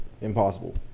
Impossible